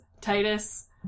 Titus